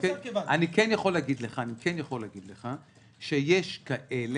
אני כן יכול להגיד לך שיש כאלה,